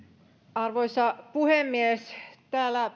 arvoisa puhemies täällä